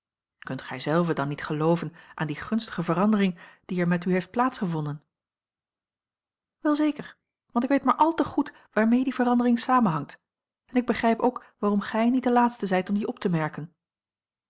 kunt gij zelve dan niet gelooven aan die gunstige verandering die er met u heeft plaats gevonden wel zeker want ik weet maar al te goed waarmee die vera l g bosboom-toussaint langs een omweg andering samenhangt en ik begrijp ook waarom gij niet de laatste zijt om die op te merken